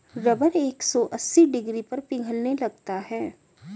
rubber एक सौ अस्सी डिग्री पर पिघलने लगता है